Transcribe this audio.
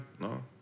no